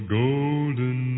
golden